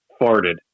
farted